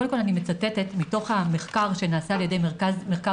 וקודם כול אני מצטטת מתוך המחקר שנעשה על ידי מרכז המחקר